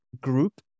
group